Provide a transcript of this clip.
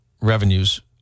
revenues